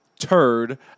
Turd